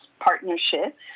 partnership